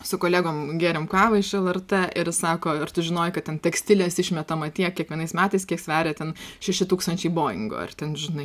su kolegom gerėm kavą iš lrt ir sako ar tu žinojai kad ant tekstilės išmetama tiek kiekvienais metais kiek sveria ten šeši tūkstančiai boingų ar ten žinai